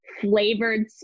flavored